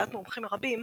לדעת מומחים רבים,